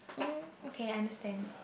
mm okay I understand